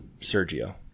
Sergio